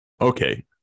Okay